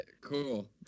Cool